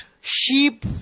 sheep